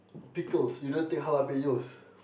pickles you don't take jalapenos